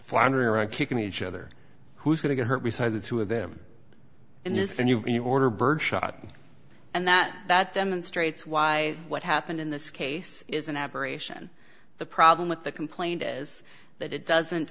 floundering around kicking each other who's going to get hurt beside the two of them in this and you order birdshot and that that demonstrates why what happened in this case is an aberration the problem with the complaint is that it doesn't